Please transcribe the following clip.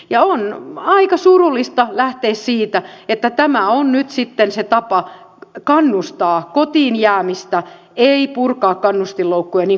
on aika surullista lähteä siitä että tämä on nyt sitten se tapa kannustaa kotiin jäämistä ei purkaa kannustinloukkuja niin kuin vielä eilen tehtiin